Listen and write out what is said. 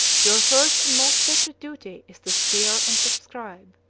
your first and most sacred duty is to swear and subscribe,